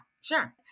sure